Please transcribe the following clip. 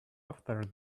after